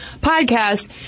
podcast